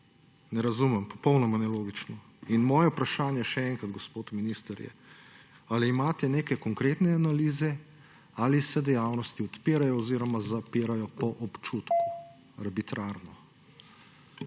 Ne razumem, popolnoma nelogično. Moje vprašanje še enkrat, gospod minister, je: Ali imate neke konkretne analize ali pa se dejavnosti odpirajo oziroma zapirajo po občutku, arbitrarno?